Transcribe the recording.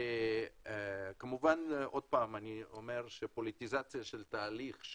אני אומר שוב שפוליטיזציה של תהליך,